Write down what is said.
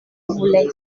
voulait